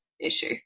issue